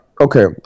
okay